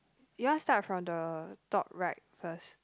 you all start from the top right first